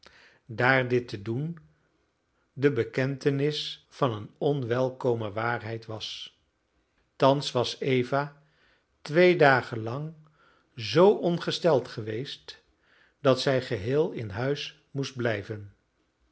daar dit te doen de bekentenis van een onwelkome waarheid was thans was eva twee dagen lang zoo ongesteld geweest dat zij geheel in huis moest blijven